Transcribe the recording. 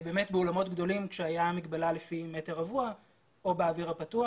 באולמות גדולים עת הייתה המגבלה לפי מטר רבוע או באוויר הפתוח.